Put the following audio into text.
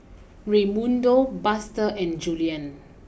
Raymundo Buster and Julien